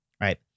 right